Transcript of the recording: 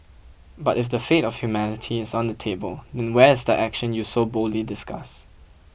but if the fate of humanity is on the table then where is the action you so boldly discuss